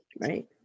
Right